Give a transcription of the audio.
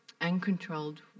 uncontrolled